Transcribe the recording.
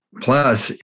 Plus